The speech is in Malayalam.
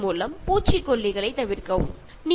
നിങ്ങളെക്കൊണ്ട് കഴിയുന്നത്ര നിങ്ങൾ കൃഷി ചെയ്യുക